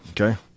Okay